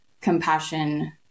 compassion